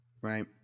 right